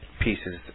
pieces